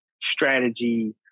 strategy